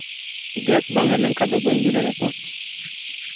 gas ᱵᱟᱝ ᱦᱮᱡ ᱞᱮᱱ ᱠᱷᱟᱱ ᱫᱚ ᱵᱟᱹᱧ ᱤᱫᱤ ᱫᱟᱲᱮᱭᱟᱜᱼᱟ ᱛᱚ